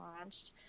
launched